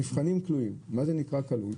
מה זה נקרא כלוא?